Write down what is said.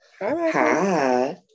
Hi